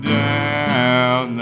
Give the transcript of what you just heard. down